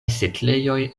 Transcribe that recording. setlejoj